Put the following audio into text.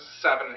seven